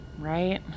Right